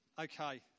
Okay